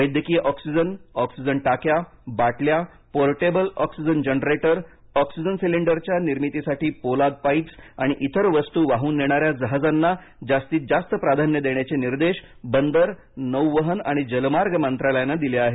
वैद्यकीय oxygen oxygen टाक्या बाटल्या पोर्टेबल ऑक्सिजन जनरेटर ऑक्सिजन सिलिंडरच्या निर्मितीसाठी पोलाद पाईप्स आणि इतर वस्तू वाहून नेणाऱ्या जहाजांना जास्तीत जास्त प्राधान्य देण्याचे निर्देश बंदर नौवहन आणि जलमार्ग मंत्रालयाने दिले आहेत